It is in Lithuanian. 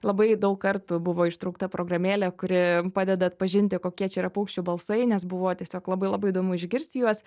labai daug kartų buvo ištraukta programėlė kuri padeda atpažinti kokie čia yra paukščių balsai nes buvo tiesiog labai labai įdomu išgirsti juos